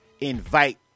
invite